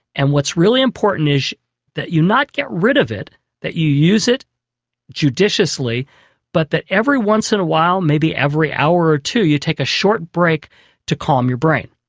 and what's really important is that you not get rid of it but you use it judiciously but that every once in a while maybe every hour or two you take a short break to calm your brain.